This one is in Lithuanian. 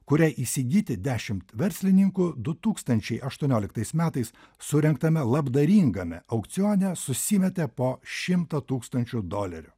kurią įsigyti dešimt verslininkų du tūkstančiai aštuonioliktais metais surengtame labdaringame aukcione susimetė po šimtą tūkstančių dolerių